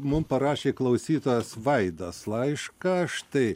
mum parašė klausytojas vaidas laišką štai